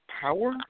power